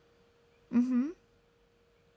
mm hmm